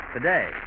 Today